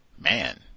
man